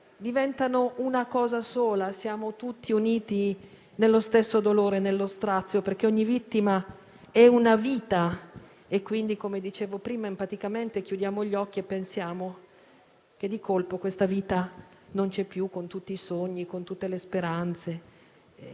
diventano una cosa sola. Siamo tutti uniti nello stesso dolore e nello strazio, perché ogni vittima è una vita. Come dicevo prima, empaticamente chiudiamo gli occhi e pensiamo che, di colpo, questa vita non c'è più, con tutti i sogni e con tutte le speranze.